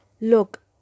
Look